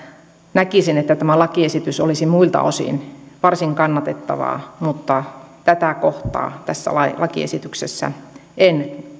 näkisin että tämä lakiesitys olisi muilta osin varsin kannatettava mutta tätä kohtaa tässä lakiesityksessä en